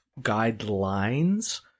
guidelines